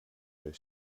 where